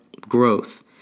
growth